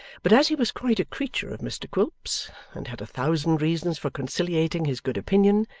but as he was quite a creature of mr quilp's and had a thousand reasons for conciliating his good opinion,